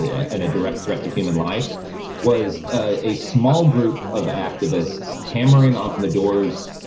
and a direct threat to human life was ah a small group of activists hammering on the doors. ah,